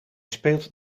speelt